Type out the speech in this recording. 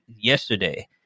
yesterday